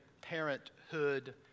parenthood